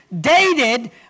dated